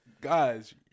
guys